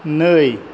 नै